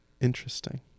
Interesting